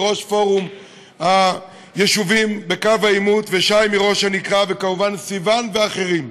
ראש פורום היישובים בקו בעימות ושי מראש הנקרה וכמובן סיון ואחרים.